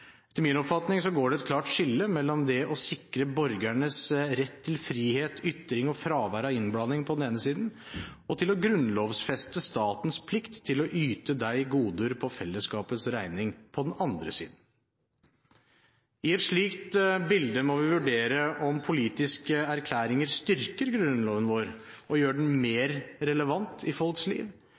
Etter min oppfatning går det et klart skille mellom det å sikre borgernes rett til frihet, ytring og fravær av innblanding på den ene siden, og til å grunnlovfeste statens plikt til å yte dem goder på fellesskapets regning på den andre siden. I et slikt bilde må vi vurdere om politiske erklæringer styrker Grunnloven vår og gjør den mer relevant i folks liv,